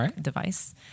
device